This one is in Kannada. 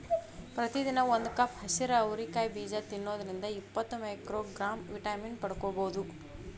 ಪ್ರತಿದಿನ ಒಂದು ಕಪ್ ಹಸಿರು ಅವರಿ ಕಾಯಿ ಬೇಜ ತಿನ್ನೋದ್ರಿಂದ ಇಪ್ಪತ್ತು ಮೈಕ್ರೋಗ್ರಾಂ ವಿಟಮಿನ್ ಪಡ್ಕೋಬೋದು